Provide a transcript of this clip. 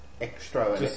extra